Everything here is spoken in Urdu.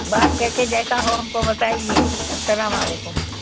بات کر کے جیسا ہو ہم کو بتائیے السلام علیکم